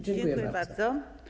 Dziękuję bardzo.